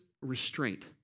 restraint